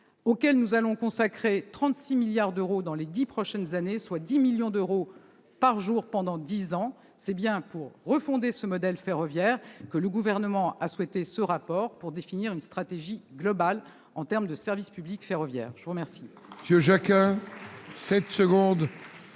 auquel nous allons consacrer 36 milliards d'euros dans les dix prochaines années, soit 10 millions d'euros par jour pendant dix ans, de refonder le modèle ferroviaire que le Gouvernement a souhaité ce rapport pour définir une stratégie globale en termes de service public ferroviaire. La parole